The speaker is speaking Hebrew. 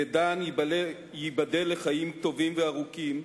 ודן, ייבדל לחיים טובים וארוכים,